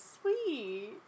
sweet